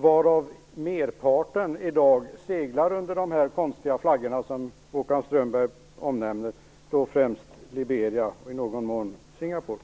varav merparten i dag seglar under de konstiga flaggor som Håkan Strömberg nämner. Det gäller då främst Liberia och i någon mån Singapore.